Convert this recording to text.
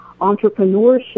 entrepreneurship